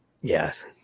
Yes